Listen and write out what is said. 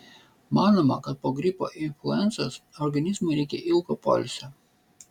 manoma kad po gripo influencos organizmui reikia ilgo poilsio